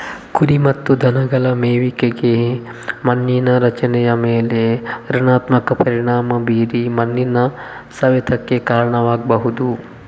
ಕುರಿ ಮತ್ತು ದನಗಳ ಮೇಯುವಿಕೆಯು ಮಣ್ಣಿನ ರಚನೆಯ ಮೇಲೆ ಋಣಾತ್ಮಕ ಪರಿಣಾಮ ಬೀರಿ ಮಣ್ಣಿನ ಸವೆತಕ್ಕೆ ಕಾರಣವಾಗ್ಬಹುದು